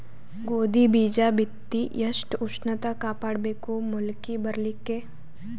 ಗೋಧಿ ಬೀಜ ಬಿತ್ತಿ ಎಷ್ಟ ಉಷ್ಣತ ಕಾಪಾಡ ಬೇಕು ಮೊಲಕಿ ಬರಲಿಕ್ಕೆ?